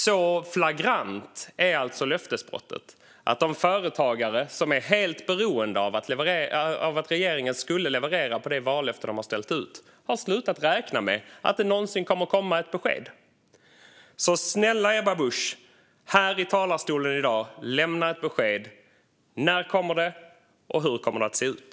Så flagrant är alltså löftesbrottet att de företagare som är helt beroende av att regeringen ska leverera på det vallöfte de har ställt ut har slutat räkna med att det någonsin kommer att komma ett besked. Snälla Ebba Busch, lämna ett besked här i talarstolen i dag! När kommer stödet, och hur kommer det att se ut?